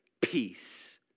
peace